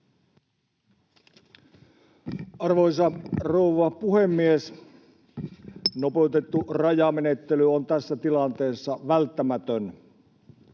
Arvoisa rouva puhemies! Nopeutettu rajamenettely on tässä tilanteessa välttämätön.